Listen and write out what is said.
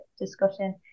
discussion